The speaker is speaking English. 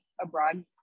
abroad